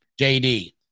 JD